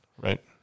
Right